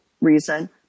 reason